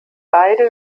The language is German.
beide